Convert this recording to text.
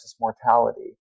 mortality